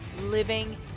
living